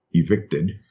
Evicted